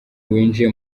winjiye